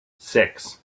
six